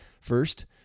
first